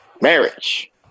Marriage